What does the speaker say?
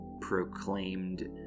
proclaimed